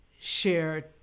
share